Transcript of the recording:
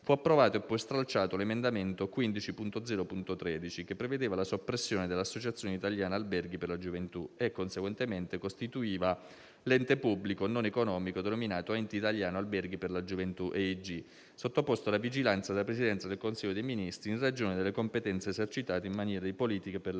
fu approvato e poi stralciato l'emendamento 15.0.13, che prevedeva la soppressione dell'Associazione italiana alberghi per la gioventù e conseguentemente costituiva l'ente pubblico non economico denominato Ente italiano alberghi per la gioventù (EIG), sottoposto alla vigilanza del Presidenza del Consiglio dei ministri, in ragione delle competenze esercitate in materia di politiche per la gioventù.